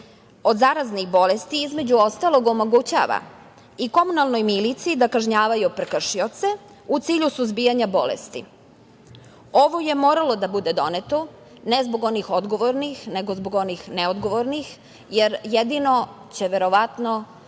o zaraznih bolesti između ostalog omogućava i komunalnoj miliciji da kažnjavaju prekršioce u cilju suzbijanja bolesti. Ovo je moralo da bude doneto ne zbog onih odgovornih, nego zbog onih neodgovornih jer jedino će verovatno